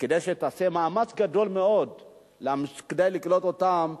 כדאי שתעשה מאמץ גדול מאוד כדי לקלוט אותם,